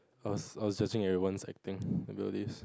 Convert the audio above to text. I was I was judging everyone's acting